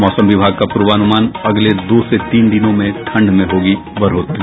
मौसम विभाग का पूर्वानुमान अगले दो से तीन दिनों में ठंड में होगी बढ़ोतरी